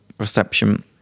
reception